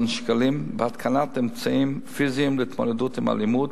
שקלים בהתקנת אמצעים פיזיים להתמודדות עם אלימות: